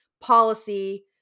policy